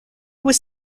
was